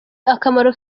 akamaro